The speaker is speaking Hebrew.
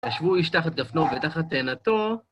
ישבו איש תחת גפנו ותחת תאנתו..